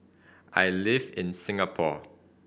I live in Singapore